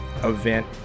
event